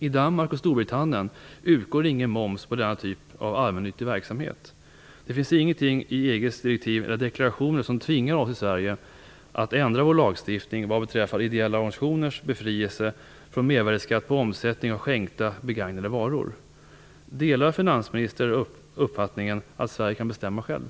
I Danmark och Storbritannien utgår ingen moms på denna typ av allmännyttig verksamhet. Det finns ingenting i EG:s direktiv eller deklarationer som tvingar oss i Sverige att ändra vår lagstiftning vad beträffar ideella organisationers befrielse från mervärdesskatt på omsättning av skänkta, begagnade varor. Delar finansministern uppfattningen att Sverige kan bestämma självt?